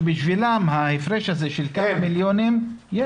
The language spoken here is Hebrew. שבשבילם ההפרש הזה של כמה מיליונים --- אין.